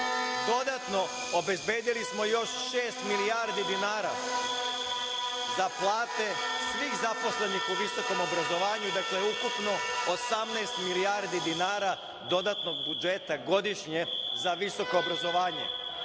Dodatno obezbedili smo još šest milijardi dinara za plate svih zaposlenih u visokom obrazovanju, dakle ukupno 18 milijardi dinara dodatnog budžeta godišnje za visoko obrazovanje